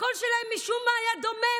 הקול שלהם משום מה היה דומם.